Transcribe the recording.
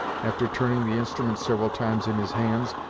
after turning the instrument several times in his hands.